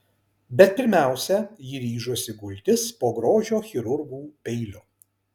bet pirmiausia ji ryžosi gultis po grožio chirurgų peiliu